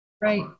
Right